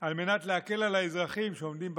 על מנת להקל על האזרחים שעומדים בפקקים.